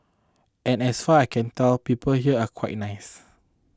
and as far I can tell people here are quite nice